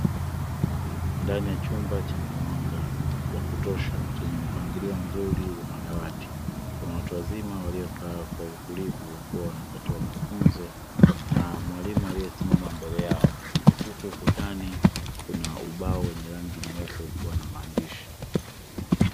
Ndani ya chumba chenye mwanga wakutosha chenye mpangilio mzuri wa madawati, kuna watu wazima waliokaa kwa utulivu wakiwa wanapatiwa mafunzo na mwalimu aliyesimama mbele yao. Huko ukutani kuna ubao wenye rangi nyeupe ukiwa na maandishi.